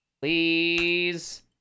Please